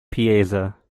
piazza